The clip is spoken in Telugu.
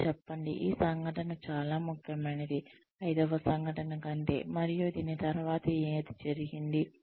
మరియు చెప్పండి ఈ సంఘటన చాలా ముఖ్యమైనదిఐదవ సంఘటన కంటే మరియు దీని తరువాత అది జరిగింది